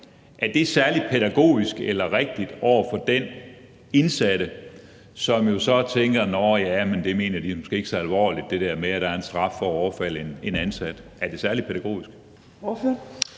Er det særlig pædagogisk eller rigtigt over for den indsatte, som jo så tænker: Nåh, ja, men de mener måske ikke der med, at der er en straf for at overfalde en ansat, så alvorligt? Er det særlig pædagogisk?